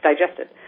digested